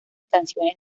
canciones